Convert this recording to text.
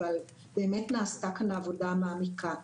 אבל באמת נעשתה כאן עבודה מעמיקה.